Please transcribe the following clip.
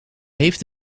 heeft